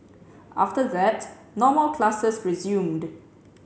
after that normal classes resumed